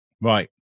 Right